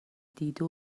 دیده